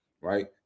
right